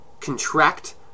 contract